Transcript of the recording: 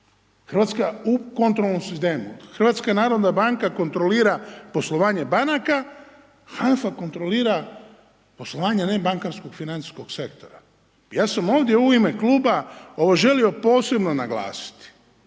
Hrvatska u kontrolnom sistemu. HNB kontrolira poslovanje banaka, HANFA kontrolira poslovanje nebankarskog financijskog sektora. Ja sam ovdje u ime kluba ovo želio posebno naglasiti